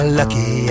lucky